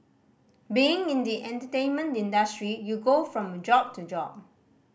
being in the entertainment industry you go from job to job